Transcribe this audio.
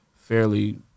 fairly